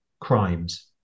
crimes